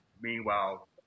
meanwhile